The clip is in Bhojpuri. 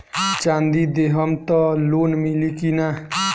चाँदी देहम त लोन मिली की ना?